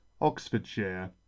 Oxfordshire